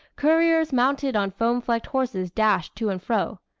couriers mounted on foam-flecked horses dashed to and fro.